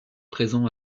présent